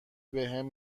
بهم